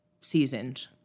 seasoned